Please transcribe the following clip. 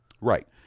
Right